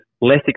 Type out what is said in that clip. less